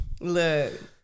Look